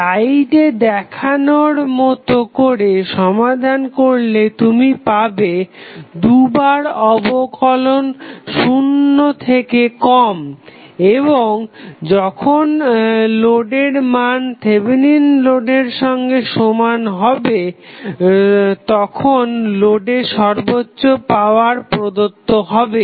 স্লাইডে দেখানোর মতো করে সমাধান করলে তুমি পাবে দুবার অবকলন শুন্যের থেকে কম এবং যখন লোডের মান থেভেনিন রোধের Thevenin's resistance সঙ্গে সমান হবে তখন লোডে সর্বোচ্চ পাওয়ার প্রদত্ত হবে